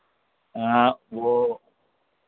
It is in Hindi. हाँ वो